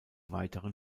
weiteren